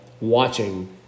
watching